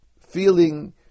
feeling